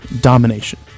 domination